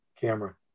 camera